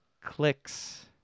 clicks